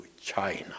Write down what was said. China